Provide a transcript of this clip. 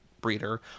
breeder